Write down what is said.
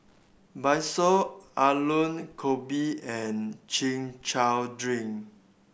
Bakso Aloo Gobi and Chin Chow drink